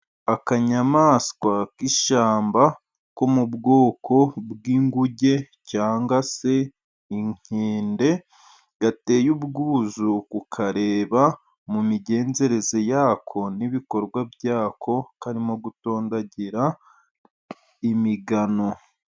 Akanyamaswa k'ishyamba ko mu bwoko bw'inguge cyangwa se inkende, gateye ubwuzu kukareba mu migenzereze yako, n'ibikorwa byako, karimo gutondagira imigano.